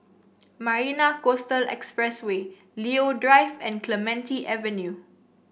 Marina Coastal Expressway Leo Drive and Clementi Avenue